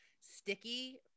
sticky